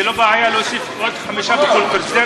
זו לא בעיה להוסיף עוד חמישה בכל קורס.